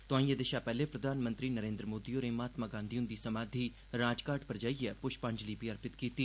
तोआई एहदे शा पैहले प्रधानमंत्री नरेन्द्र मोदी होरें महात्मा गांधी हुंदी समाधि राजघाट पर जाइयै पुष्पांजलि अर्पित कीती